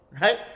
right